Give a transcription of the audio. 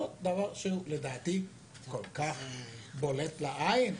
זה דבר כל כך בולט לעין,